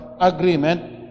agreement